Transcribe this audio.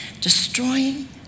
destroying